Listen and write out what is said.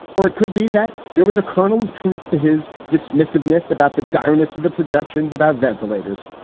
or it could be that there was a kernel of truth to his dismissiveness about the direness of the projections about ventilators.